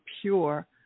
pure